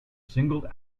singled